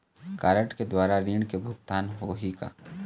Card के द्वारा ऋण के भुगतान होही का?